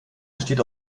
besteht